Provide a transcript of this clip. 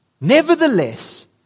Nevertheless